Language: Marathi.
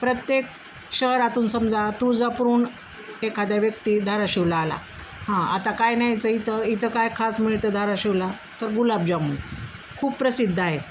प्रत्येक शहरातून समजा तुळजापुरहून एखादा व्यक्ती धाराशिवला आला हा आता काय न्यायचं इथं इथं काय खास मिळतं धाराशिवला तर गुलाबजामून खूप प्रसिद्ध आहेत